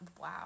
Wow